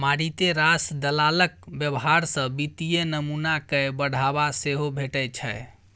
मारिते रास दलालक व्यवहार सँ वित्तीय नमूना कए बढ़ावा सेहो भेटै छै